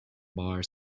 bar